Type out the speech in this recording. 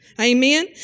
Amen